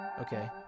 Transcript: Okay